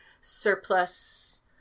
surplus